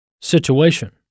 situation